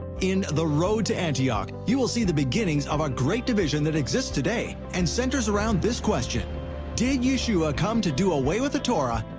in the road to antioch, you will see the beginnings of a great division that exists today and centers around this question did yeshua come to do away with the torah,